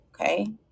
Okay